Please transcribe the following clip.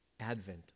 advent